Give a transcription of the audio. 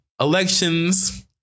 elections